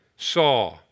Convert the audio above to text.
saw